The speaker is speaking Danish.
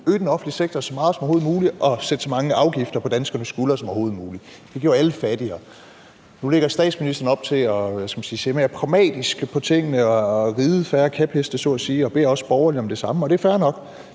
øge den offentlige sektor så meget som overhovedet muligt og lægge så mange afgifter på danskernes skuldre som overhovedet muligt. Det gjorde alle fattigere. Nu lægger statsministeren op til at se mere pragmatisk på tingene og ride færre kæpheste så at sige, og det er også fair nok. Men betyder det så, at man